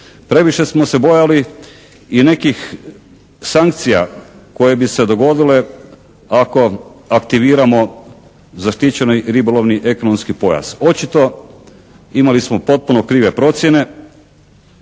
Previše smo se bojali i nekih sankcija koje bi se dogodile ako aktiviramo zaštićeni ribolovni ekonomski pojas. Očito, imali smo potpuno krive procjene,